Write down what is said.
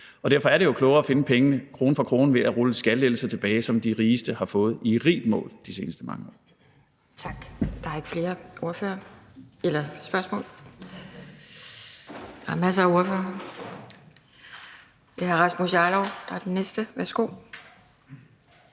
Og derfor er det jo klogere at finde pengene krone for krone ved at rulle skattelettelser tilbage, som de rigeste har fået i rigt mål de seneste mange år.